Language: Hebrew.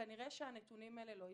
כנראה שהנתונים האלה לא ישתנו.